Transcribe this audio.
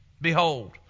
Behold